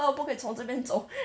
车不可以从这边走